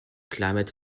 climate